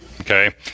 okay